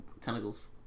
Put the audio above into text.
tentacles